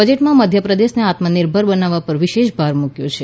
બજેટમાં મધ્યપ્રદેશને આત્મનિર્ભર બનાવવા પર વિશેષ ભાર મુક્યો છે